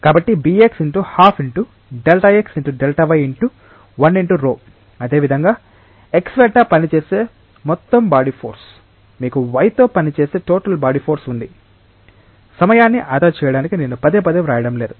కాబట్టి bx x 12 × Δx × Δy ×1× ρ అదేవిధంగా x వెంట పనిచేసే మొత్తం బాడీ ఫోర్స్ మీకు y తో పనిచేసే టోటల్ బాడీ ఫోర్స్ ఉంది సమయాన్ని ఆదా చేయడానికి నేను పదేపదే రాయడం లేదు